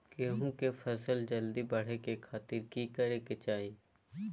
गेहूं के फसल जल्दी बड़े खातिर की करे के चाही?